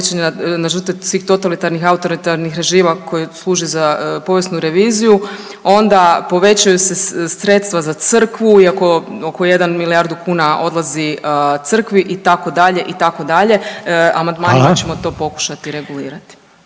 na žrtve svih totalitarnih i autoritarnih režima koji služe za povijesnu reviziju. Onda povećaju se sredstva za crkvu iako oko jedan milijardu kuna odlazi crkvi itd., itd. …/Upadica: Hvala/…amandmanima ćemo to pokušati regulirati.